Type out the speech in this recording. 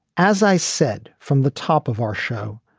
as i said from the top of our show,